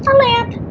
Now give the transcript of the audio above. lamp